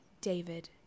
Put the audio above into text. david